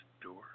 door